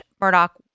Murdoch